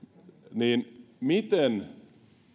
niin miten